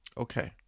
Okay